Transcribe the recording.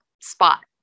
spot